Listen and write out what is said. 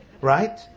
Right